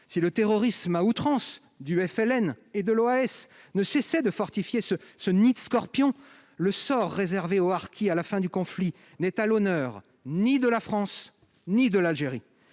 et de l'Organisation armée secrète (OAS) ne cessait de fortifier ce nid de scorpions, le sort réservé aux harkis à la fin du conflit n'est à l'honneur ni de la France ni de l'Algérie.